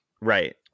right